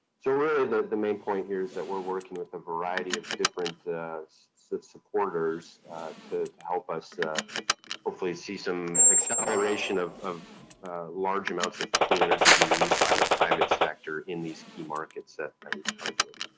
so, really, the the main point here is that we're working with a variety of different supporters to help us hopefully see some acceleration of of large amounts of clean energy being used by the private sector in these key markets that that we've targeted.